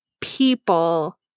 people